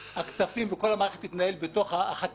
הכספים וכל המערכת תתנהל בתוך החטיבה.